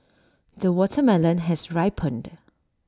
the watermelon has ripened